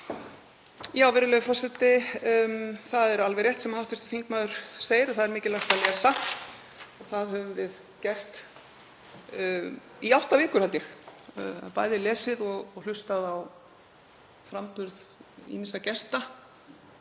Virðulegur forseti. Það er alveg rétt sem hv. þingmaður segir að það er mikilvægt að lesa og það höfum við gert í átta vikur, held ég, bæði lesið og hlustað á framburð ýmissa gesta